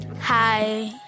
hi